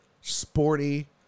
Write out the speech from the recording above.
sporty